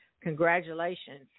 congratulations